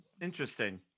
Interesting